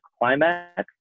climax